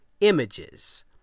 images